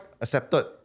accepted